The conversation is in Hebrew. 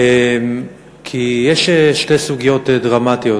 כי יש שתי סוגיות דרמטיות.